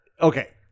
Okay